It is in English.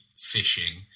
fishing